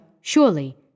surely